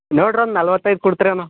ನೋಡ್ರನ್ ನಲ್ವತ್ತೈದು ಕೊಡ್ತ್ರೇನೊ